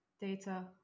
data